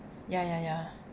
ya ya ya